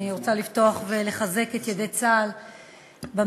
אני רוצה לפתוח ולחזק את ידי צה"ל במערכה,